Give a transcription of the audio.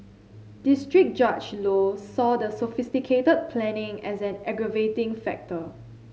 district Judge Low saw the sophisticated planning as an aggravating factor